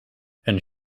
een